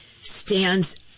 stands